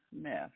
Smith